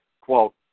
quote